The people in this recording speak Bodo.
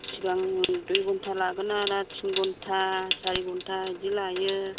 सिगां दुइ घन्टा लागोना दा तिन घन्टा सारि घन्टा बिदि लायो